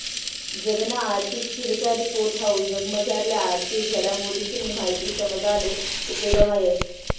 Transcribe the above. जगना आर्थिक स्थिरता रिपोर्ट हाऊ जगमझारल्या आर्थिक घडामोडीसनी माहिती समजाले उपेगमा येस